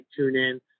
TuneIn